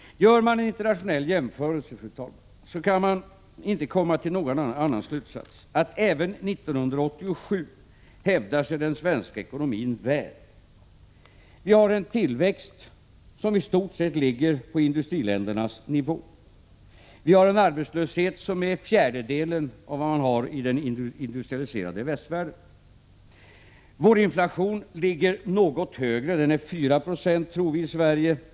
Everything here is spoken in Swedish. Gör man en internationell jämförelse kan man inte komma till någon annan slutsats än att den svenska ekonomin hävdar sig väl även 1987. Vi har en tillväxt som i stort sett ligger på industriländernas nivå. Vi har en arbetslöshet som är fjärdedelen av vad man har i den industrialiserade västvärlden. Vår inflation ligger något högre — den är 4 96 i Sverige, tror vi.